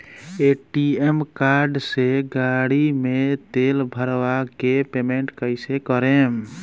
ATM card से गाड़ी मे तेल भरवा के पेमेंट कैसे करेम?